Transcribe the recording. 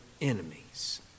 enemies